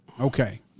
Okay